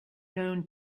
known